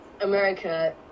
America